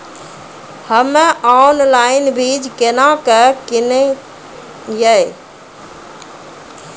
हम्मे ऑनलाइन बीज केना के किनयैय?